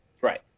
right